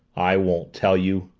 i won't tell you!